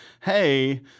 hey